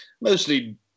Mostly